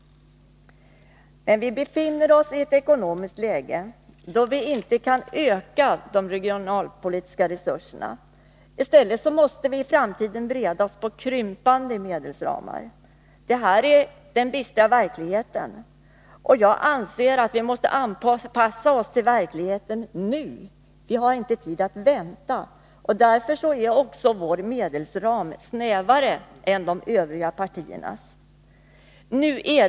Vi befinner oss i ett ekonomiskt läge då vi inte kan öka de regionalpolitiska resurserna. I stället måste vi i framtiden bereda oss på krympande medelsramar. Det är den bistra verkligheten. Jag anser att vi måste anpassa oss till verkligheten nu — vi har inte tid att vänta. Därför är vår medelsram snävare än de övriga partiernas.